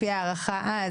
לפי ההערכה אז,